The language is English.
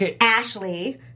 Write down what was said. Ashley